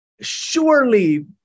Surely